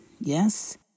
Yes